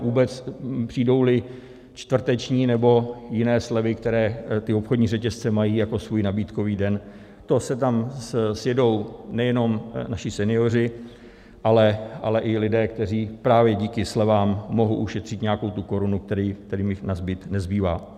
Vůbec, přijdouli čtvrteční nebo jiné slevy, které ty obchodní řetězce mají jako svůj nabídkový den, to se tam sjedou nejenom naši senioři, ale i lidé, kteří právě díky slevám mohou ušetřit nějakou tu korunu, která jim nazbyt nezbývá.